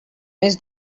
més